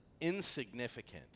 insignificant